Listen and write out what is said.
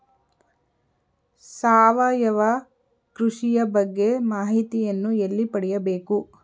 ಸಾವಯವ ಕೃಷಿಯ ಬಗ್ಗೆ ಮಾಹಿತಿಯನ್ನು ಎಲ್ಲಿ ಪಡೆಯಬೇಕು?